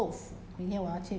我可以用的